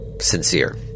sincere